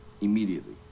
immediately